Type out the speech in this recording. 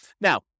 Now